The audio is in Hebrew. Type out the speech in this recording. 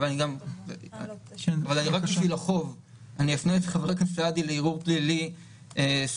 אני מפנה את חבר הכנסת סעדי לערעור פלילי סובח,